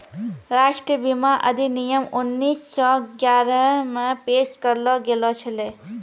राष्ट्रीय बीमा अधिनियम उन्नीस सौ ग्यारहे मे पेश करलो गेलो छलै